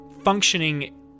functioning